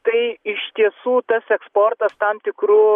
tai iš tiesų tas eksportas tam tikru